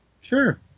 Sure